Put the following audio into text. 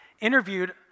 interviewed